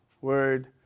word